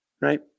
right